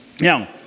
Now